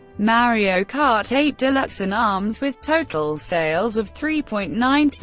mario kart eight deluxe and arms with total sales of three point nine two,